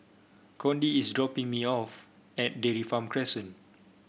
Cody is dropping me off at Dairy Farm Crescent